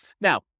Now